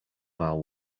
vow